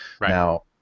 Now